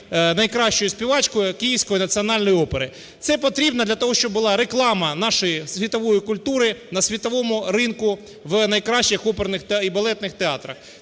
найкращою співачкою Київської національної опери. Це потрібно для того, щоб була реклама нашої світової культури на світовому ринку в найкращих оперних і балетних театрах.